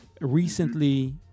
recently